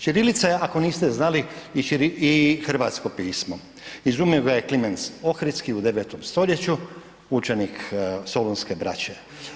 Ćirilica je ako niste znali i hrvatsko pismo, izumio ga je Kliment Ohridski u 9. stoljeću učenik solunske braće.